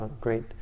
great